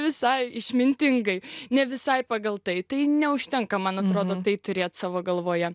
visai išmintingai ne visai pagal tai neužtenka man atrodo tai turėt savo galvoje